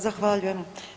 Zahvaljujem.